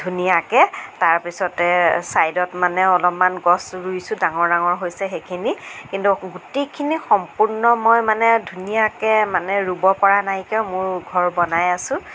ধুনীয়াকৈ তাৰ পিছতে ছাইদত মানে অলপমান গছ ৰুইছো ডাঙৰ ডাঙৰ হৈছে সেইখিনি কিন্তু গোটেইখিনি সম্পূৰ্ণ মই মানে ধুনীয়াকৈ মানে ৰুব পৰা নাই কিয় মোৰ ঘৰ বনাই আছো